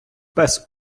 пес